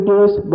use